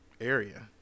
area